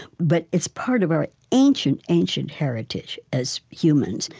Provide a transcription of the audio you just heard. but it's part of our ancient, ancient heritage as humans.